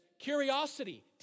curiosity